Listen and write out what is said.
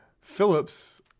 Phillips